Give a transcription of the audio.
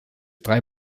drei